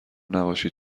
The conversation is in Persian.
نباشید